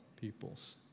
peoples